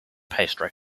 pastry